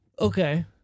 Okay